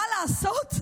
מה לעשות,